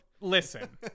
Listen